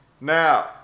Now